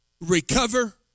recover